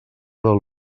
del